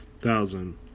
thousand